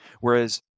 whereas